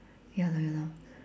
ya lor ya lor